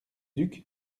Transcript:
duc